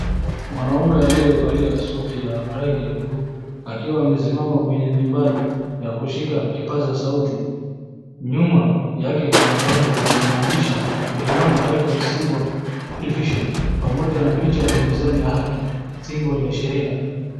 Mwanaume aliyevalia suti ya rangi ya buluu akiwa amesimama kwenye dibali ya kushika kipasa sauti. Nyuma yake kuna bango yenye maandishi Milimani high courts civil division pamoja na picha ya mizani ya haki symbol ya sheria.